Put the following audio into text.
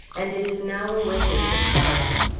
and it is now awaiting the cars.